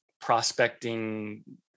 prospecting